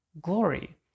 glory